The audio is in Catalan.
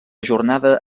jornada